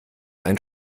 ein